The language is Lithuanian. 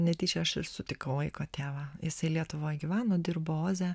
netyčia aš ir sutikau vaiko tėvą jisai lietuvoj gyveno dirbo oze